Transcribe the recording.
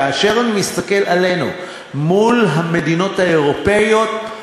כאשר אני מסתכל עלינו מול המדינות האירופיות,